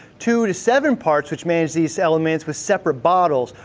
two to seven parts, which manage these elements with separate bottles,